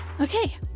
okay